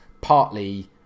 partly